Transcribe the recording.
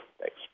Thanks